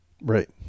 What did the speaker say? Right